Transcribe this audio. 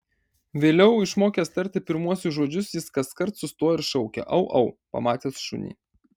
vėliau išmokęs tarti pirmuosius žodžius jis kaskart sustoja ir šaukia au au pamatęs šunį